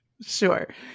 Sure